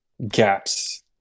gaps